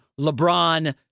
LeBron